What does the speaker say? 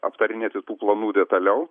aptarinėti tų planų detaliau